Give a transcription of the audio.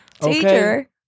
Teacher